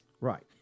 Right